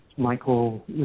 Michael